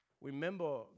Remember